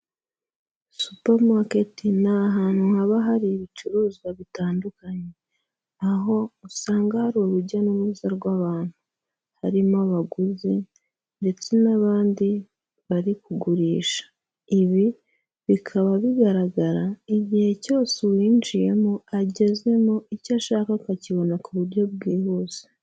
Supamaketi ni ahantu haba hari ibicuruzwa bitandukanye. Aho usanga hari urujya n'uruza rw'abantu, harimo abaguzi, ndetse n'abandi bari kugurisha. Ibi bikaba bigaragara, igihe cyose uwinjiyemo agezemo icyo ashaka akakibona ku buryo bwihuse.